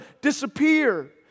disappear